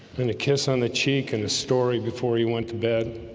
and a kiss on the cheek and a story before he went to bed